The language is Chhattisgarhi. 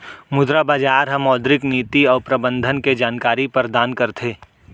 मुद्रा बजार ह मौद्रिक नीति अउ प्रबंधन के जानकारी परदान करथे